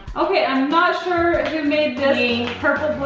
okay, i'm not sure who made this me. purple, blue